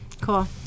Cool